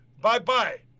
Bye-bye